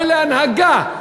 אוי להנהגה,